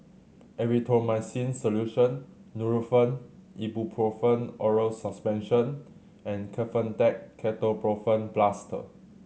Erythroymycin Solution Nurofen Ibuprofen Oral Suspension and Kefentech Ketoprofen Plaster